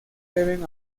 deben